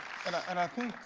and i think,